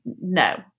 no